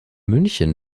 münchen